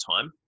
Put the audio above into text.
time